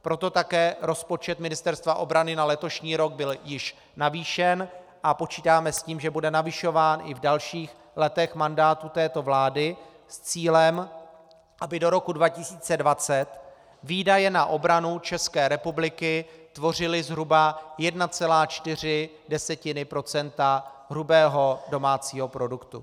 Proto také rozpočet Ministerstva obrany na letošní rok byl již navýšen a počítáme s tím, že bude navyšován i v dalších letech mandátu této vlády s cílem, aby do roku 2020 výdaje na obranu České republiky tvořily zhruba 1,4 % hrubého domácího produktu.